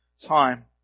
time